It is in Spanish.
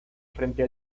frente